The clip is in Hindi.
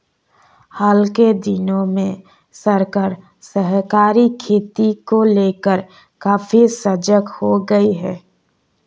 हाल के दिनों में सरकार सहकारी खेती को लेकर काफी सजग हो गई है